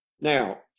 Now